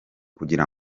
kugira